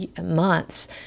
months